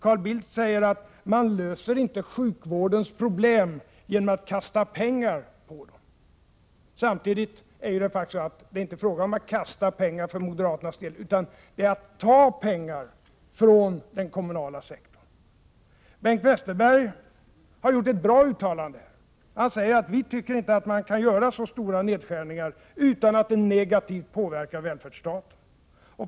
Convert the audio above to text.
Carl Bildt säger att man inte löser sjukvårdens problem genom att kasta pengar på dem. Samtidigt är det faktiskt inte fråga om att kasta pengar för moderaternas del, utan om att ta pengar från deri kommunala sektorn. Bengt Westerberg har gjort ett bra uttalande här. Han säger: Vi anser att man inte kan göra så stora nedskärningar utan att det negativt påverkar välfärdsstaten.